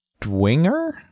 Dwinger